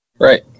right